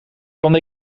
kan